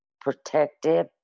protective